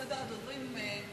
סדר הדוברים,